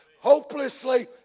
Hopelessly